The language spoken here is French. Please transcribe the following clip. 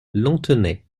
lanthenay